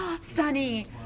sunny